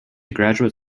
graduate